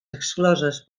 excloses